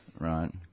Right